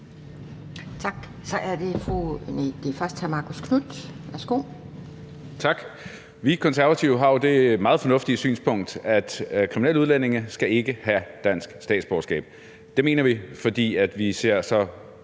Tak. Det er først hr. Marcus Knuth. Værsgo. Kl. 12:46 Marcus Knuth (KF): Tak. Vi konservative har jo det meget fornuftige synspunkt, at kriminelle udlændinge ikke skal have dansk statsborgerskab. Det mener vi, fordi vi desværre